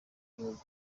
gihugu